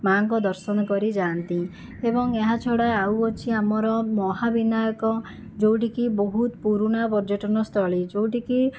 ମାଆଙ୍କ ଦର୍ଶନ କରି ଯାଆନ୍ତି ଏବଂ ଏହା ଛଡ଼ା ଆଉ ଅଛି ଆମର ମହାବିନାୟକ ଯେଉଁଠିକି ବହୁତ ପୁରୁଣା ପର୍ଯ୍ୟଟନ ସ୍ଥଳୀ ଯେଉଁଠିକି